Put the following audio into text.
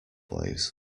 ways